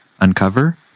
uncover